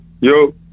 Yo